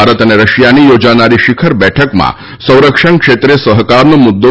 ભારત અને રશિયાની યોજાનારી શિખર બેઠકમાં સંરક્ષણ ક્ષેત્રે સહકારનો મુદ્દો